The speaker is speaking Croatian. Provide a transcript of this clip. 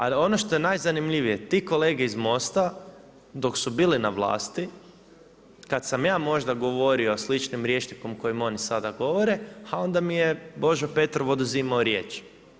A ono što je najzanimljiviji ti kolege iz MOST-a dok su bili na vlasti kad sam ja možda govorio sličnim rječnikom kojim oni sada govore, a onda mi je Božo Petrov oduzimao riječ.